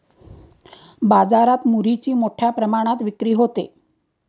बाजारात मुरीची मोठ्या प्रमाणात विक्री होते